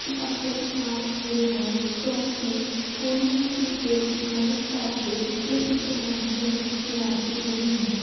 ਕਿ ਆਪਣੇ ਆਪ ਖੜ੍ਹੇ ਹੋਣ ਕਿਉਂਕਿ ਕੋਈ ਵੀ ਕਿਸੇ ਦੀ ਮਦਦ ਕਰਕੇ ਇਸ ਜ਼ਮਾਨੇ ਵਿੱਚ ਰਾਜ਼ੀ ਨਹੀਂ ਹੁੰਦਾ